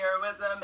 heroism